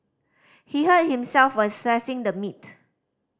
he hurt himself while slicing the meat